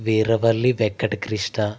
Veeravalli Venkatakrishna